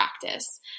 practice